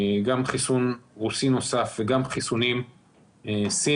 גם חיסון רוסי נוסף וגם חיסונים סיניים,